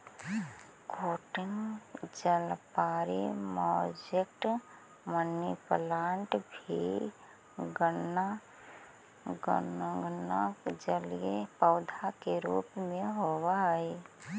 croton जलपरी, mosaic, money plant के भी गणना जलीय पौधा के रूप में होवऽ हइ